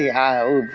yeah how